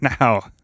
now